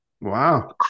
Wow